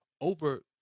over